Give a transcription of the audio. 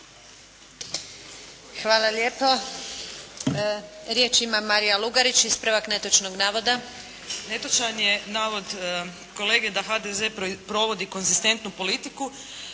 Hvala lijepo. Riječ ima Marija Lugarić. Ispravak netočnog navoda. **Lugarić, Marija (SDP)** Netočan je navod kolege da HDZ provodi konzistentnu politiku,